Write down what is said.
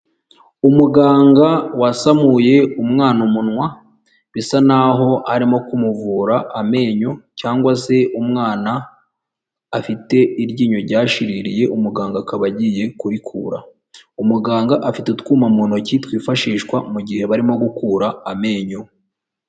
Umuganga wasamuye umwana umunwa bisa naho arimo kumuvura amenyo cyangwa se umwana afite iryinyo ryashiririye umuganga akaba agiye kurikura, umuganga afite utwuma mu ntoki twifashishwa mu gihe barimo gukura amenyo.